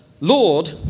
Lord